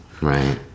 Right